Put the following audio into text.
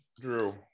Drew